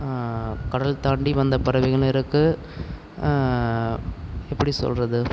கடல் தாண்டி வந்த பறவைகளும் இருக்குது எப்படி சொல்கிறது